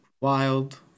wild